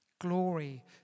Glory